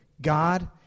God